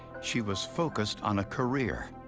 she was focused on a career.